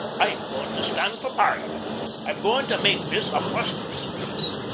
i'm goin' to stand for parliament i'm goin' to make this a prosperous place.